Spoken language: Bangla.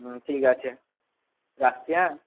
হুম ঠিক আছে রাখছি হ্যাঁ